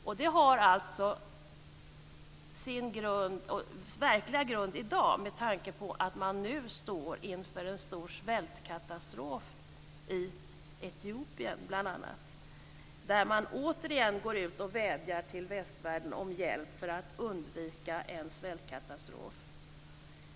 Detta har sin verkliga grund i dag med tanke på att man nu står inför en stor svältkatastrof i bl.a. Etiopien där man återigen går ut och vädjar till västvärlden om hjälp för att just undvika en svältkatastrof.